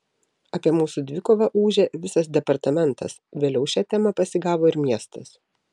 apie mūsų dvikovą ūžė visas departamentas vėliau šią temą pasigavo ir miestas